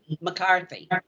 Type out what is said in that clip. McCarthy